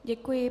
Děkuji.